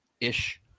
ish